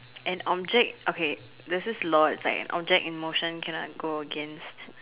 an object okay this is law its like an object in motion cannot unto against